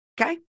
Okay